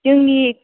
जोंनि